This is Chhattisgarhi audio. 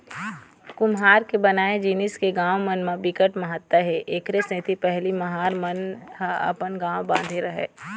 कुम्हार के बनाए जिनिस के गाँव मन म बिकट महत्ता हे एखरे सेती पहिली महार मन ह अपन गाँव बांधे राहय